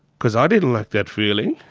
because i didn't like that feeling.